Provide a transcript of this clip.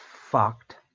fucked